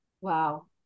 Wow